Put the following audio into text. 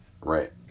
Right